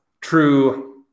true